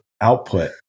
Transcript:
output